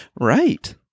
Right